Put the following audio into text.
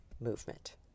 movement